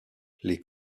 les